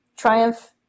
Triumph